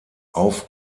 auf